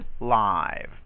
live